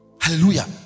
Hallelujah